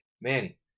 Manny